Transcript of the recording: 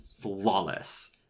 flawless